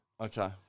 Okay